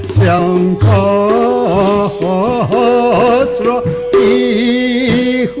known o a